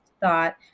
thought